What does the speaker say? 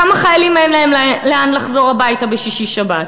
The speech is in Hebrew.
כמה חיילים אין להם לאן לחזור הביתה בשישי-שבת?